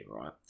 right